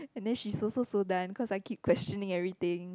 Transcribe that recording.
and then she also so done cause I keep questioning everything